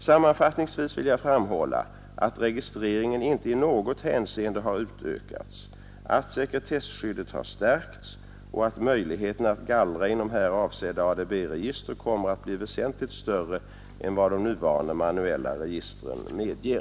Sammanfattningsvis vill jag framhålla att registreringen inte i något hänseende har utökats, att sekretesskyddet har stärkts och att möjligheterna att gallra inom här avsedda ADB-register kommer att bli väsentligt större än vad de nuvarande manuella registren medger.